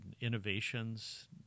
innovations